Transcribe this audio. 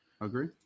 agree